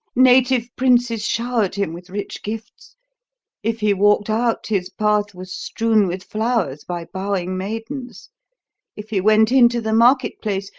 native princes showered him with rich gifts if he walked out, his path was strewn with flowers by bowing maidens if he went into the market-place,